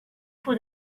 for